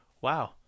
Wow